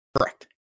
Correct